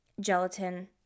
gelatin